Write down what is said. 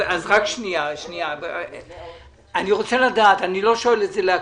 אני רוצה לדעת, אני לא שואל את זה להקניט.